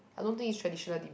I don't think is traditional dim